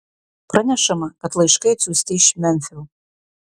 pranešama kad laiškai atsiųsti iš memfio